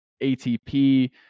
ATP